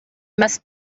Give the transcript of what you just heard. must